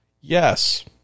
Yes